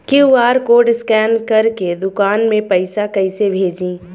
QR code scan करके दुकान में पैसा कइसे भेजी?